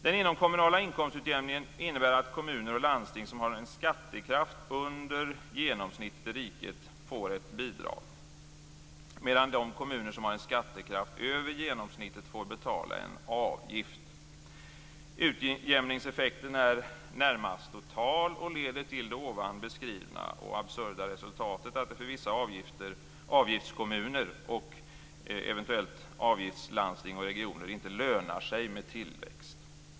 Den inomkommunala inkomstutjämningen innebär att kommuner och landsting som har en skattekraft under genomsnittet i riket får ett bidrag, medan de kommuner som har en skattekraft över genomsnittet får betala en avgift. Utjämningseffekten är närmast total och leder till det ovan beskrivna och absurda resultatet att det för vissa avgiftskommuner och eventuellt landsting/regioner inte lönar sig med tillväxt.